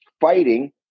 fighting